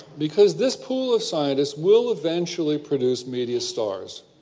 because this pool of scientists will eventually produce media stars,